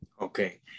Okay